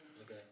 Okay